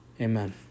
Amen